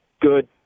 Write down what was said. good